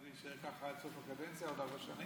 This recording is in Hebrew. שלך כל כך משונות וכל כך לא קשורות לנושא הדיון שאני